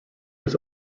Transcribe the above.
was